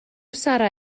sarra